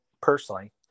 personally